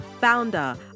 founder